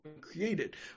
created